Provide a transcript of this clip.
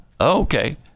Okay